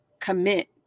commit